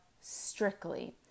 strictly